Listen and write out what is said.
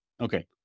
Okay